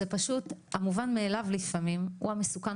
אלא פשוט זה שהמובן מאליו לפעמים הוא המסוכן